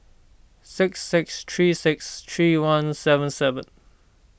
six six three six three one seven seven